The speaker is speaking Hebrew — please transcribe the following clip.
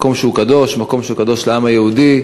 במקום קדוש, מקום שהוא קדוש לעם היהודי,